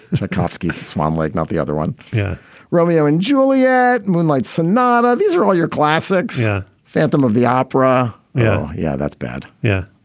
makowski. swan lake. not the other one. yeah romeo and juliet. moonlight sonata. these are all your classics phantom of the opera. yeah. yeah. that's bad. yeah.